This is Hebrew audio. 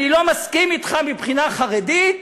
אני לא מסכים אתך מבחינה חרדית,